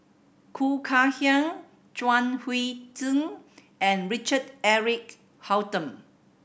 Khoo Kay Hian Chuang Hui Tsuan and Richard Eric Holttum